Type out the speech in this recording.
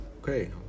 Okay